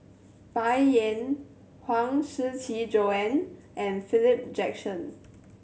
Bai Yan Huang Shiqi Joan and Philip Jackson